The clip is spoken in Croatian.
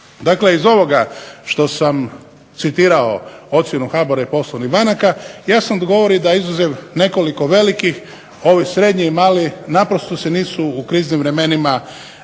Dakle, iz ovog što sam citirao ocjenu HBOR-a i poslovnih banaka, jasno govori da izuzev nekoliko velikih ovi srednji i mali naprosto se nisu u kriznim vremenima